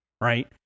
right